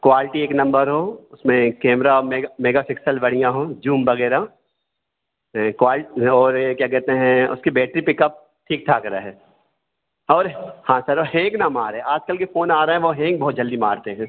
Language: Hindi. क्वालटी एक नंबर हो उसमें केमरा मेगा मेगा फ़िक्सल बढ़िया हो जूम वगैरह और ये क्या कहते हैं उसकी बैटरी पिकअप ठीक ठाक रहे और हाँ सर हेंग ना मारे आजकल के फ़ोन आ रहे हैं वो हेंग बहुत जल्दी मारते हैं